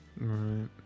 Right